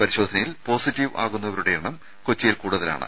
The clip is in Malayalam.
പരിശോധനയിൽ പോസിറ്റീവ് ആകുന്നവരുടെ എണ്ണം കൊച്ചിയിൽ കൂടുതലാണ്